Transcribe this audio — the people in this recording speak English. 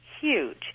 huge